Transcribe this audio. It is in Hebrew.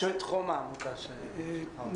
מאיזה תחום העמותה שאשתך עובדת בה?